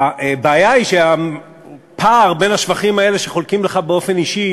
הבעיה היא שהפער בין השבחים האלה שחולקים לך באופן אישי